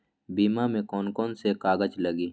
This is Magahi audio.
बीमा में कौन कौन से कागज लगी?